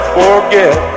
forget